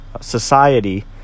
society